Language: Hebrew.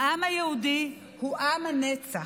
העם היהודי הוא עם הנצח.